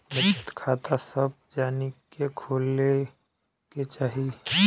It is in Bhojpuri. बचत खाता सभ जानी के खोले के चाही